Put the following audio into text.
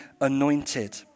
anointed